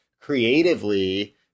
creatively